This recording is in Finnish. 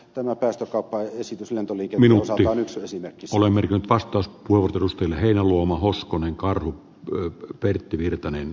tämä päästökauppaesityslento mikä minusta nyt olemmekin vastaus kuuluu turusten heinäluoma hoskonen karhu joita pertti virtanen